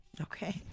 Okay